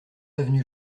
avenue